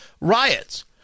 riots